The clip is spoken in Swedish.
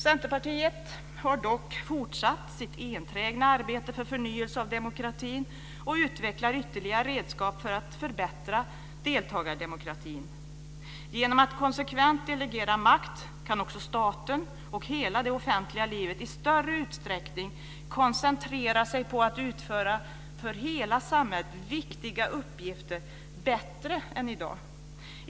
Centerpartiet har dock fortsatt sitt enträgna arbete för förnyelse av demokratin, och utvecklar ytterligare redskap för att förbättra deltagardemokratin. Genom att konsekvent delegera makt kan också staten och hela det offentliga livet i större utsträckning koncentrera sig på att utföra för hela samhället viktiga uppgifter bättre än i dag.